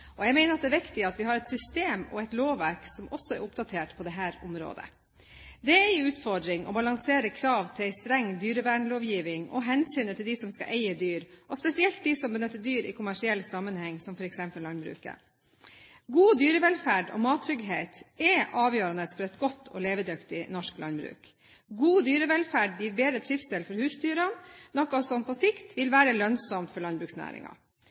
og jeg mener det er viktig at vi har et system og et lovverk som også er oppdatert på dette området. Det er en utfordring å balansere kravet til en streng dyrevernslovgivning og hensynet til dem som skal eie dyr, og spesielt til dem som benytter dyr i kommersiell sammenheng, f.eks. i landbruket. God dyrevelferd og mattrygghet er avgjørende for et godt og levedyktig norsk landbruk. God dyrevelferd gir bedre trivsel for husdyrene, noe som på sikt vil være lønnsomt for